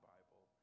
Bible